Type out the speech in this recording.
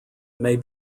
may